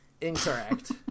Incorrect